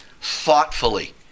thoughtfully